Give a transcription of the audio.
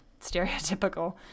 stereotypical